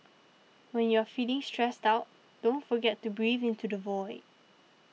when you are feeling stressed out don't forget to breathe into the void